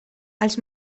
els